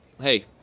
hey –